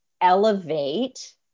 elevate